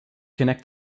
connect